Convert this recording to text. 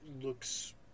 looks